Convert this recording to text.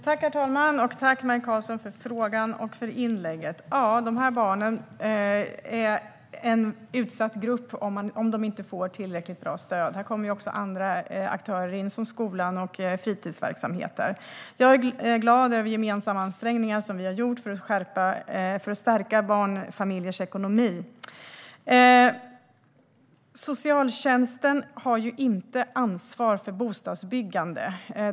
Herr talman! Tack, Maj Karlsson, för frågan och för inlägget! De här barnen är en utsatt grupp om de inte får tillräckligt bra stöd. Här kommer också andra aktörer som skolan och fritidsverksamheter in. Jag är glad över de gemensamma ansträngningar som vi har gjort för att stärka barnfamiljers ekonomi. Socialtjänsten har inte ansvar för bostadsbyggande.